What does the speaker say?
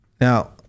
Now